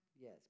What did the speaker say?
Yes